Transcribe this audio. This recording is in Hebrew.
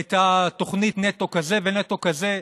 את התוכנית נטו כזה ונטו כזה.